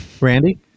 Randy